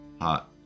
Hot